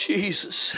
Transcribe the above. Jesus